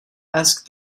ask